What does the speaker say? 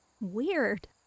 Weird